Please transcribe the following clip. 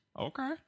Okay